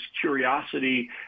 curiosity